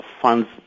funds